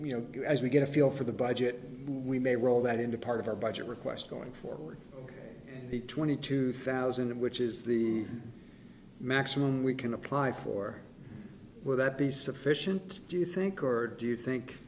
you know as we get a feel for the budget we may roll that into part of our budget request going forward the twenty two thousand which is the maximum we can apply for will that be sufficient do you think or do you think